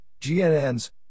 GNNs